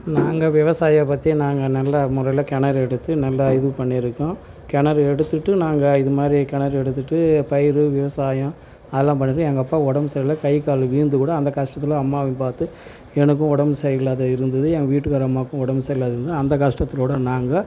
நாங்கள் விவசாயம் பற்றி நாங்கள் நல்ல முறையில் கிணறு எடுத்து நல்லா இது பண்ணியிருக்கோம் கிணறு எடுத்துகிட்டு நாங்கள் இது மாதிரி கிணறு எடுத்துகிட்டு பயிர் விவசாயம் அதெல்லாம் பண்ணிகிட்டு எங்கள் அப்பாவுக்கு உடம்பு சரியில்லை கை கால் விழுந்து கூட அந்த கஷ்டத்துல அம்மாவையும் பார்த்து எனக்கும் உடம்பு சரியில்லாது இருந்தது என் வீட்டுக்கார அம்மாவுக்கும் உடம்பு சரியில்லாத இருந்தது அந்த கஷ்டத்துலக்கூட நாங்கள்